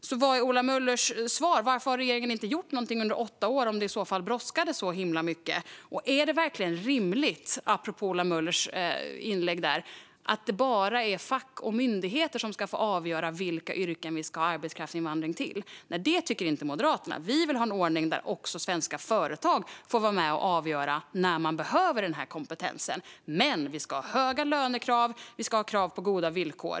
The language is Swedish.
Vad är alltså Ola Möllers svar på varför regeringen inte har gjort någonting på åtta år om det nu brådskade så himla mycket? Är det verkligen rimligt, apropå Ola Möllers inlägg, att det bara är fack och myndigheter som ska få avgöra vilka yrken vi ska ha arbetskraftsinvandring till? Nej, det tycker inte Moderaterna. Vi vill ha en ordning där svenska företag också får vara med och avgöra när de behöver den här kompetensen. Men vi ska ha höga lönekrav, och vi ska ha krav på goda villkor.